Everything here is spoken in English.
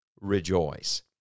rejoice